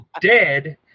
dead